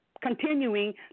Continuing